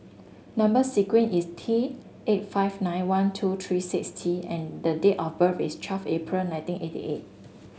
number sequence is T eight five nine one two three six T and date of birth is twelve April nineteen eighty eight